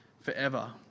forever